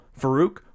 Farouk